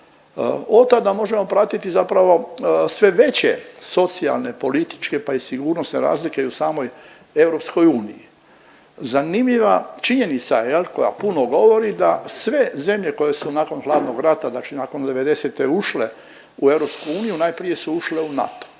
Od tada možemo pratiti zapravo sve veće socijalne, političke pa i sigurnosne razlike i u samoj EU. Zanimljiva činjenica jel koja puno govori da sve zemlje koje su nakon hladnog rata, dakle nakon '90.-te ušle u EU najprije su ušle u NATO